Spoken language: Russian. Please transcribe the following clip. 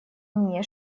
мне